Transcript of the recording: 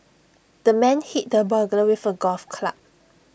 the man hit the burglar with A golf club